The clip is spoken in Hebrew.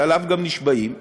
שעליו גם נשבעים,